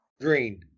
green